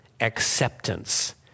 acceptance